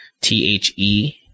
T-H-E